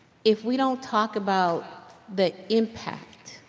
if we don't talk about the impact,